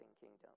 kingdom